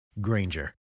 Granger